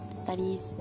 studies